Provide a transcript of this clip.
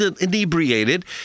inebriated